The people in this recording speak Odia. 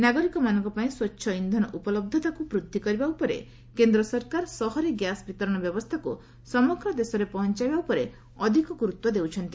ନାଗରିକମାନଙ୍କୁ ସ୍ୱଚ୍ଛ ଇନ୍ଧନ ଉପଲବ୍ଧତାକୁ ବୃଦ୍ଧି କରିବା ଉପରେ କେନ୍ଦ୍ର ସରକାର ସହର ଗ୍ୟାସ ବିତରଣ ବ୍ୟବସ୍ଥାକୁ ସମଗ୍ର ଦେଶରେ ପହଞ୍ଚାଇବା ଉପରେ ଅଧିକ ଗୁରୁତ୍ୱ ଦେଉଛନ୍ତି